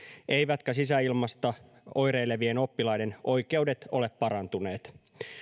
eivätkä sisäilmasta oireilevien oppilaiden oikeudet ole parantuneet